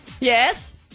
Yes